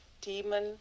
demon